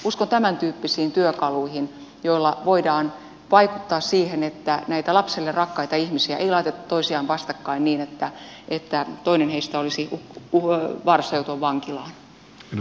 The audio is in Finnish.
uskon tämäntyyppisiin työkaluihin joilla voidaan vaikuttaa siihen että näitä lapsille rakkaita ihmisiä ei laiteta toisiaan vastakkain niin että toinen heistä olisi vaarassa joutua vankilaan